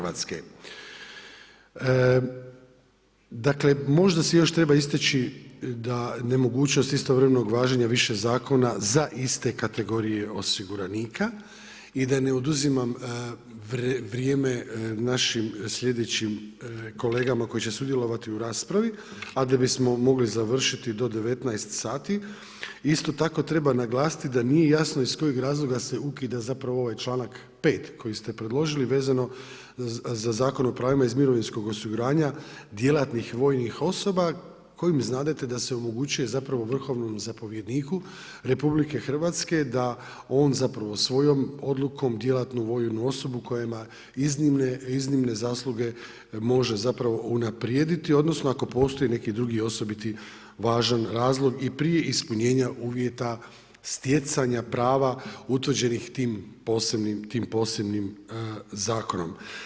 Dakle, možda se još treba istaći da nemogućnost istovremenog važenja više zakona za iste kategorije osiguranika i da ne oduzimam vrijeme našim sljedećim kolegama koji će sudjelovati u raspravi, a da bismo mogli završiti do 19h. Isto tako treba naglasiti da nije jasno iz kojeg razloga se ukida zapravo ovaj članak 5. koji ste predložili vezano za Zakon o pravima iz mirovinskog osiguranja djelatnih vojnih osoba, kojim znadete da se omogućuje zapravo vrhovnom zapovjedniku Republike Hrvatske da on, zapravo, svojom odlukom djelatnu vojnu osobu koja ima iznimne zasluge, može zapravo unaprijediti, odnosno ako postoji neki drugi osobiti važan razlog i prije ispunjenja uvjeta stjecanja prava utvrđenih tim posebnim zakonom.